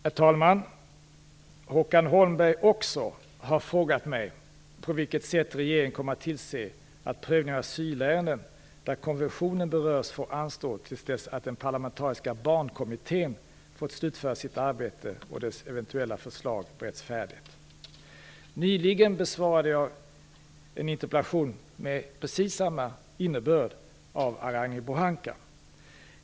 Herr talman! Också Håkan Holmberg har frågat mig på vilket sätt regeringen kommer att tillse att prövning av asylärenden där konventionen berörs får anstå till dess att den parlamentariska barnkommittén fått slutföra sitt arbete och dess eventuella förslag beretts färdigt. Nyligen besvarade jag en interpellation med precis samma innebörd av Ragnhild Pohanka.